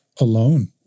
alone